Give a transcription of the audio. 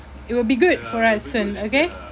it will be good for us soon okay